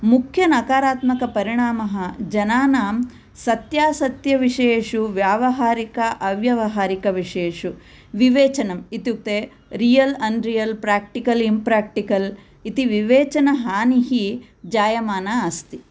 मुख्य नकारात्मक परिणामः जनानां सत्यासत्यविषयेषु व्यावहारिक अव्यवहारिक विषयेषु विवेचनम् इत्युक्ते रियल् अण्रियल् प्राक्टिकल् इम्प्राक्टिकल् इति विवेचनहानिः जायमाना अस्ति